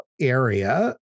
area